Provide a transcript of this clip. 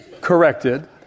corrected